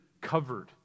covered